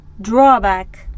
drawback